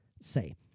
say